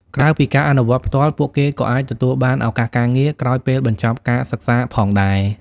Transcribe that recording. ក្រៅពីការអនុវត្តផ្ទាល់ ពួកគេក៏អាចទទួលបាន ឱកាសការងារ ក្រោយពេលបញ្ចប់ការសិក្សាផងដែរ។